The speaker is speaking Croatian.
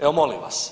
Evo, molim vas.